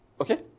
Okay